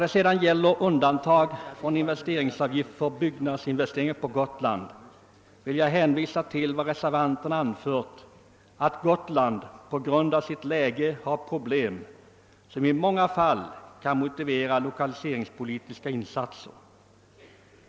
I vad gäller undantag från investeringsavgift för byggnadsinvestering på Gotland vill jag hänvisa till vad reservanterna anfört, nämligen att Gotland på grund av sitt läge har »problem som i många fall kan motivera lokaliseringspolitiska insatser».